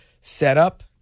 setup